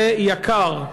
זה יקר.